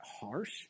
harsh